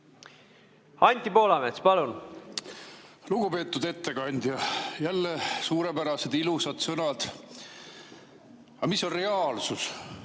Anti Poolamets, palun! Lugupeetud ettekandja! Jälle suurepärased ilusad sõnad. Aga mis on reaalsus,